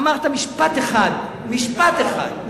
אמרת משפט אחד, משפט אחד.